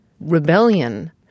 rebellion